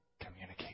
communicate